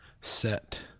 set